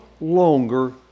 longer